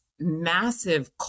massive